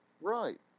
Right